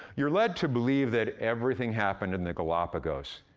you're led to believe that everything happened in the galapagos.